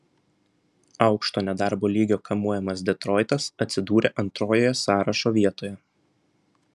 aukšto nedarbo lygio kamuojamas detroitas atsidūrė antrojoje sąrašo vietoje